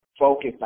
focus